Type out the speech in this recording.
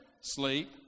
Sleep